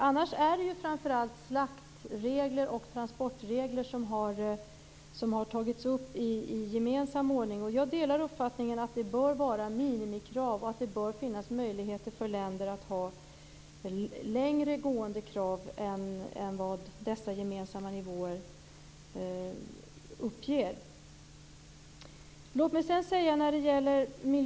Annars är det framför allt slaktregler och transportregler som har tagits upp i gemensam ordning. Jag delar uppfattningen att det bör vara minimikrav och att det bör finnas möjligheter för länder att ha längre gående krav än dessa gemensamma nivåer.